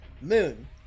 Moon